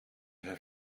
her